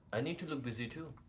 i need to look busy too.